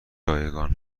رایگان